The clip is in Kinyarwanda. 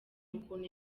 ukuntu